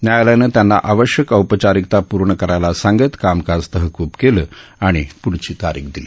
न्यायालयानं त्यांना आवश्यक औपचारिकता पूर्ण करायला सांगत कामकाज तहकूब केलं आणि पुढची तारीख दिली